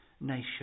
nation